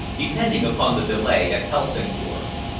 depending upon the delay at helsingfors.